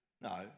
No